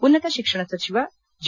ಉನ್ನತ ಶಿಕ್ಷಣ ಸಚಿವ ಜಿ